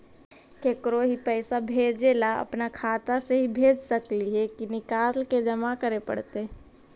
केकरो ही पैसा भेजे ल अपने खाता से ही भेज सकली हे की निकाल के जमा कराए पड़तइ?